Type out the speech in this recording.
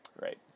Right